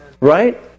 Right